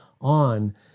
on